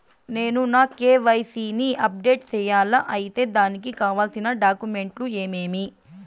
నేను నా కె.వై.సి ని అప్డేట్ సేయాలా? అయితే దానికి కావాల్సిన డాక్యుమెంట్లు ఏమేమీ?